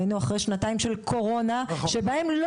והיינו אחרי שנתיים של קורונה שבהן לא